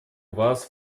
вас